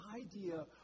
idea